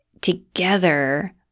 together